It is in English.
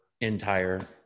entire